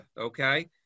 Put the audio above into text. okay